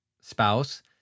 spouse